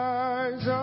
eyes